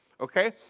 Okay